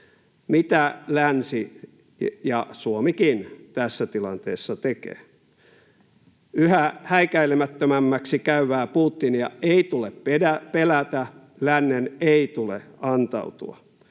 Mitä länsi, ja Suomikin, tässä tilanteessa tekee? Yhä häikäilemättömämmäksi käyvää Putinia ei tule pelätä, lännen ei tule antautua